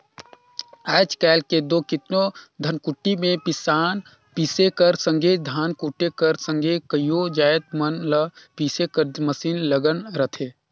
आएज काएल दो केतनो धनकुट्टी में पिसान पीसे कर संघे धान कूटे कर संघे कइयो जाएत मन ल पीसे कर मसीन लगल रहथे